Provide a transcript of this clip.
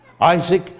Isaac